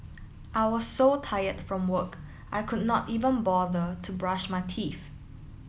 I was so tired from work I could not even bother to brush my teeth